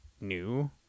new